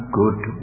good